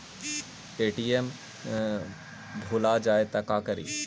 ATM भुला जाये त का करि?